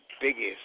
biggest